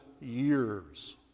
years